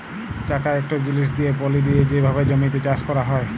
চাকা ইকট জিলিস দিঁয়ে পলি দিঁয়ে যে ভাবে জমিতে চাষ ক্যরা হয়